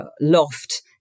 loft